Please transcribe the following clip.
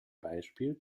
beispiel